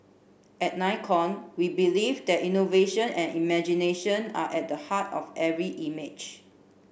at Nikon we believe that innovation and imagination are at the heart of every image